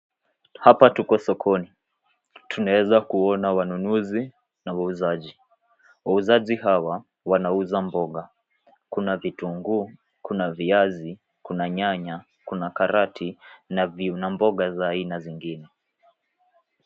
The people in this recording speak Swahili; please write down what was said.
Hapa tuko sokoni. Tunaweza kuona wanunuzi na wauzaji. Wauzaji hawa wanauza mboga. Kuna vitunguu, kuna viazi, kuna nyanya, kuna karoti na mboga za aina zingine.